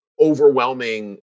overwhelming